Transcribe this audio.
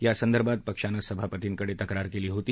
या संदर्भात पक्षानं सभापतींकडे तक्रार केली होती